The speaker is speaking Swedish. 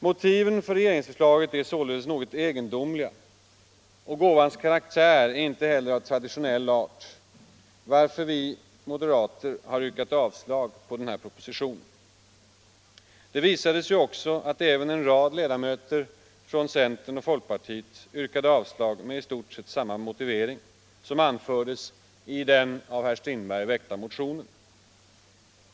Motiven för regeringsförslaget är således något egendomliga, och gåvans karaktär är inte heller av traditionell art, varför vi moderater har yrkat avslag på propositionen. Det visade sig ju också att en rad ledamöter från folkpartiet och centern yrkade avslag med i stort sett samma motivering som anfördes i den av herr Strindberg väckta motionen.